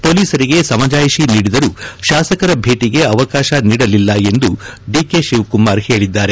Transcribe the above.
ಪೊಲೀಸರಿಗೆ ಸಮಜಾಯಿಷಿ ನೀಡಿದರೂ ಶಾಸಕರ ಭೇಟಗೆ ಅವಕಾಶ ನೀಡಲಿಲ್ಲ ಎಂದು ಡಿಕೆ ಶಿವಕುಮಾರ್ ಹೇಳಿದ್ದಾರೆ